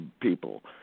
people